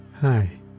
Hi